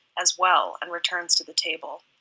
as well, and returns to the table.